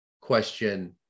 question